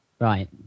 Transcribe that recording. Right